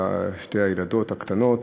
שתי הילדות הקטנות,